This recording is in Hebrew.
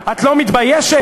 וזה לא נכון.